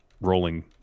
rolling